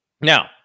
Now